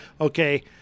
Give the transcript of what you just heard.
Okay